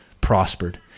prospered